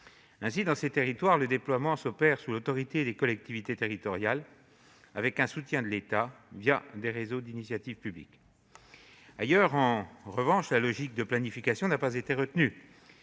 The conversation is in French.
Ainsi, dans ces territoires, le déploiement s'opère sous l'autorité des collectivités territoriales, avec un soutien financier de l'État, des réseaux d'initiative publique. Ailleurs, en revanche, la logique de planification n'a pas été retenue,